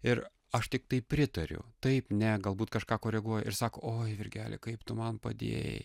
ir aš tiktai pritariu taip ne galbūt kažką koreguoju ir sako oi virgeli kaip tu man padėjai